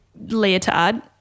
leotard